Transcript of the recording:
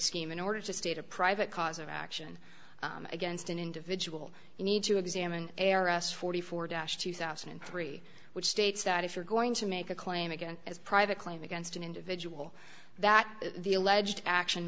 scheme in order to state a private cause of action against an individual you need to examine a r s forty four dash two thousand and three which states that if you're going to make a claim again as private claim against an individual that the alleged action